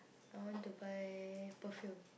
I want to buy perfume